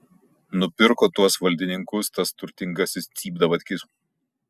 nupirko tuos valdininkus tas turtingasis cypdavatkis